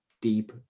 deep